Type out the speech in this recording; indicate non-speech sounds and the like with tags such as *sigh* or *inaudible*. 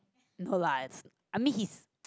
no lah it's I mean his *noise*